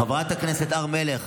חברת הכנסת הר מלך,